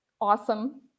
awesome